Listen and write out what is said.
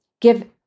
give